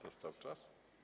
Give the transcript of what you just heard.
Został czas?